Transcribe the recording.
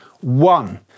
one